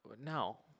no